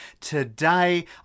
today